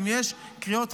אם יש קריאות,